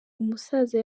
umusaza